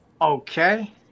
Okay